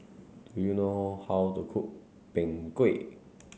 do you know how to cook Png Kueh